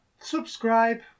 Subscribe